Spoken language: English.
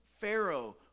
Pharaoh